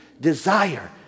desire